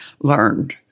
learned